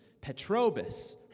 Petrobus